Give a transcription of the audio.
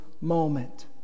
moment